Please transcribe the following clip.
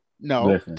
no